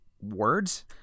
words